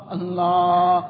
Allah